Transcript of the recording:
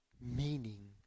meaning